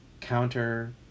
counter